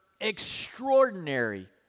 extraordinary